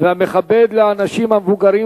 והמכבד לאנשים המבוגרים